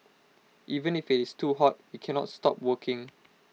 even if it's too hot we cannot stop working